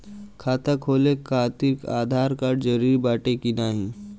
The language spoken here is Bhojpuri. खाता खोले काहतिर आधार कार्ड जरूरी बाटे कि नाहीं?